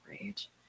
rage